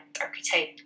archetype